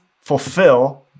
fulfill